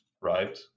right